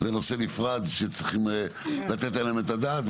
זה נושא נפרד שצריכים לתת עליו את הדעת.